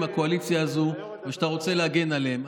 הקואליציה הזו ושאתה רוצה להגן עליהם.